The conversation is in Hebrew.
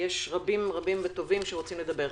יש רבים וטובים שרוצים לדבר.